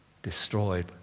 Destroyed